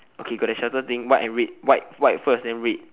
okay got that circle thing white and red white white first then red